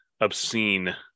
obscene